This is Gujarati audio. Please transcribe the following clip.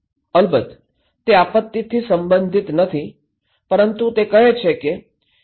અલબત્ત તે આપત્તિથી સંબંધિત નથી પરંતુ તે કહે છે કે યુ